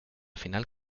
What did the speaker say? final